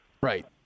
Right